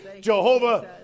Jehovah